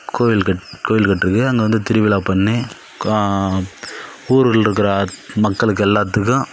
கோவில் கோவில் கட்டுறது அங்கே வந்து திருவிழா பண்ணி ஊருலருக்கற மக்களுக்கு எல்லாத்துக்கும்